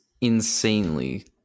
insanely